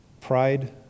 Pride